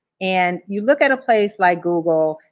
and you look at a place like google,